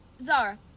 Zara